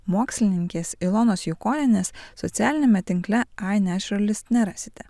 mokslininkės ilonos jukonienės socialiniame tinkle inaturalist nerasite